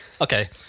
Okay